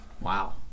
Wow